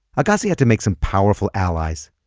agassi had to make some powerful allies.